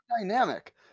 dynamic